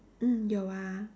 mm 有 ah